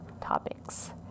topics